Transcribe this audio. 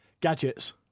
Gadgets